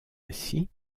ainsi